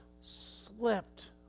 slipped